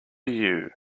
you